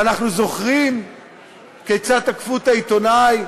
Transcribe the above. ואנחנו זוכרים כיצד תקפו את העיתונאים